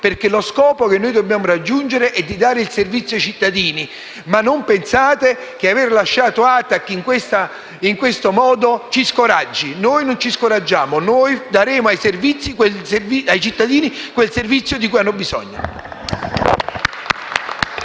offerto. Lo scopo che dobbiamo raggiungere è dare il servizio ai cittadini. Non pensate che aver lasciato ATAC in questo modo ci scoraggi. Noi non ci scoraggiamo, e daremo ai cittadini quel servizio di cui hanno bisogno.